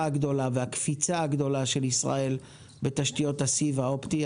הגדולה והקפיצה הגדולה של ישראל בתשתיות הסיב האופטי.